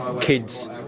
kids